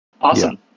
Awesome